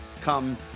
come